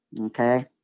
Okay